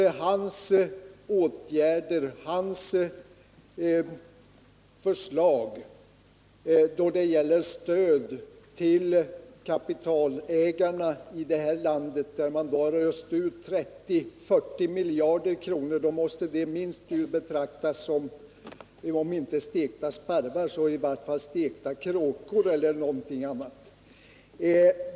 Denna kritik gäller bl.a. en f.d. minister som tillhör Kjell Mattssons eget parti, nämligen herr Åsling, som har öst ut 30-40 miljarder kronor på kapitalägarna i detta land.